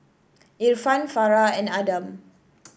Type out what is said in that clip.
Irfan Farah and Adam